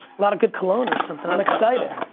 lot of good cologne or something. i'm excited.